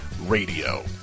Radio